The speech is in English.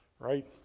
right?